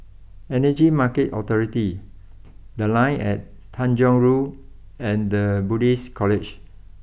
Energy Market Authority the Line and Tanjong Rhu and the Buddhist College